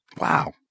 Wow